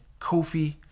Kofi